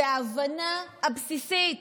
זה ההבנה הבסיסית